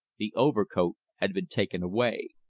the overcoat had been taken away.